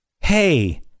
hey